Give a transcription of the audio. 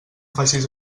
facis